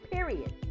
Period